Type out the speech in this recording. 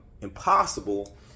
impossible